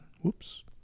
Whoops